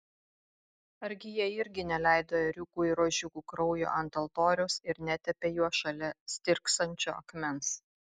argi jie irgi neleido ėriukų ir ožiukų kraujo ant altoriaus ir netepė juo šalia stirksančio akmens